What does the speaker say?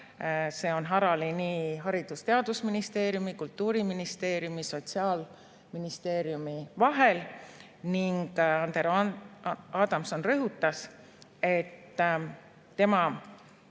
See on harali Haridus- ja Teadusministeeriumi, Kultuuriministeeriumi ja Sotsiaalministeeriumi vahel ning Andero Adamson rõhutas, et tema